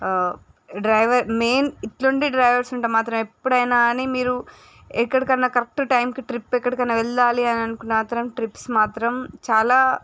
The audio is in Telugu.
డ్రైవర్ మెయిన్ ఇట్లుండి డ్రైవర్ ఉంటే మాత్రం ఎప్పుడైనా కానీ మీరు ఎక్కడికన్నా కరెక్ట్గా టైంకి ట్రిప్ ఎక్కడికన్నా వెళ్ళాలి అని అనుకుంటే ట్రిప్స్ మాత్రం చాలా